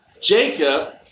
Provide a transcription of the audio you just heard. Jacob